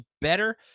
better